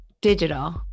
Digital